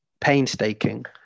painstaking